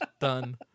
done